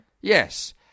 Yes